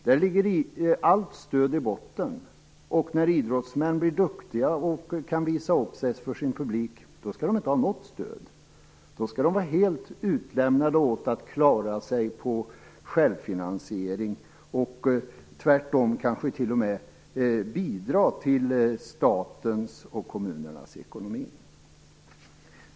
Där ligger allt stöd i botten, och när idrottsmän blir duktiga och kan visa upp sig för sin publik skall de inte ha något stöd, utan då skall de vara helt utlämnade åt att klara sig på självfinansiering och tvärtom kanske t.o.m. bidra till statens och kommunernas ekonomi.